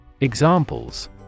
Examples